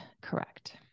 correct